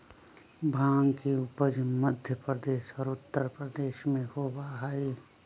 भांग के उपज मध्य प्रदेश और उत्तर प्रदेश में होबा हई